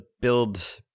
build